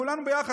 כולנו ביחד,